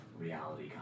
reality